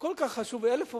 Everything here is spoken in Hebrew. כל כך חשוב, 1,000 עובדים,